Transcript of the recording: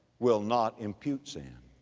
will not impute sin.